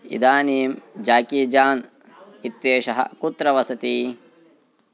इदानीं Jackie Chan इत्येषः कुत्र वसति